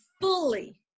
fully